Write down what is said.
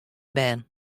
bern